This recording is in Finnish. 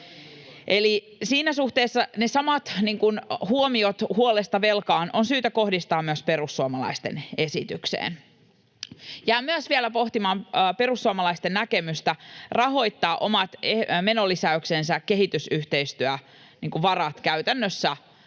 siinä suhteessa ne samat velkaan kohdistuvat huolet ja huomiot on syytä kohdistaa myös perussuomalaisten esitykseen. Jään myös vielä pohtimaan perussuomalaisten näkemystä rahoittaa omat menolisäyksensä käytännössä